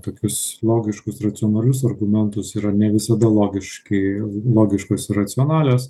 tokius logiškus racionalius argumentus yra ne visada logiškai logiškos ir racionalios